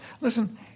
Listen